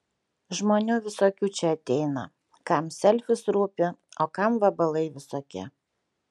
žmonių visokių čia ateina kam selfis rūpi o kam vabalai visokie